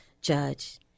judge